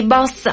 Boss